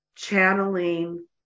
Channeling